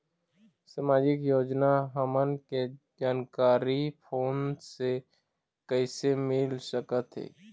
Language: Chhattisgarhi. सामाजिक योजना हमन के जानकारी फोन से कइसे मिल सकत हे?